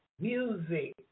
music